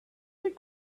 they